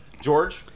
George